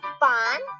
fun